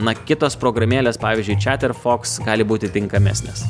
na kitos programėlės pavyzdžiui četer foks gali būti tinkamesnės